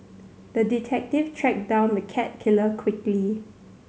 the detective tracked down the cat killer quickly